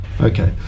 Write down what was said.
Okay